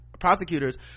prosecutors